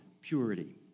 purity